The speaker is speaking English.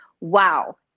wow